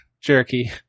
jerky